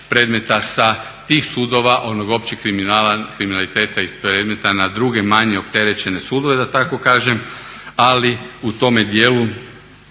predmeta sa tih sudova, onog općeg kriminaliteta i predmeta na druge manje opterećene sudove da tako kažem, ali u tome dijelu